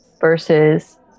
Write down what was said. versus